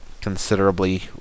considerably